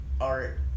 art